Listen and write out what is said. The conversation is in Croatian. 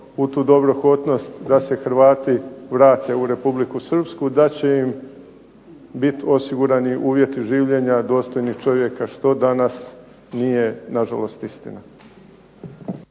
u tu dobrohotnost da se Hrvati vrate u Republiku Srpsku da će im biti osigurani uvjeti življenja dostojni čovjeka što danas nije nažalost istina.